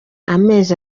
amezi